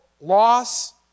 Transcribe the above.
loss